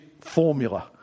formula